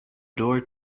door